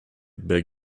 beg